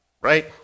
right